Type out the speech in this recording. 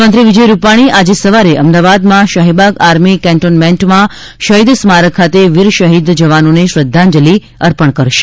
મુખ્યમંત્રી વિજય રૂપાણી આજે સવારે અમદાવાદમાં શાહીબાગ આર્મી કેન્ટોન્મેન્ટમાં શહિદ સ્મારક ખાતે વીર શહિદ જવાનોને શ્રદ્ધાંજલિ અર્પણ કરશે